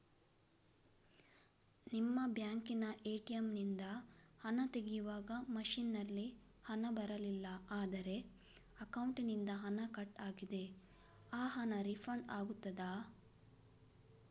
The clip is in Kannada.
ನಿಮ್ಮ ಬ್ಯಾಂಕಿನ ಎ.ಟಿ.ಎಂ ನಿಂದ ಹಣ ತೆಗೆಯುವಾಗ ಮಷೀನ್ ನಲ್ಲಿ ಹಣ ಬರಲಿಲ್ಲ ಆದರೆ ಅಕೌಂಟಿನಿಂದ ಹಣ ಕಟ್ ಆಗಿದೆ ಆ ಹಣ ರೀಫಂಡ್ ಆಗುತ್ತದಾ?